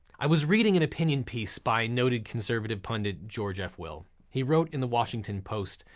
i was reading an opinion piece by noted conservative pundit george f will. he wrote in the washington post,